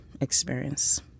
experience